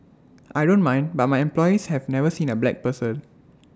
I don't mind but my employees have never seen A black person